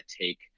take